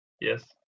Yes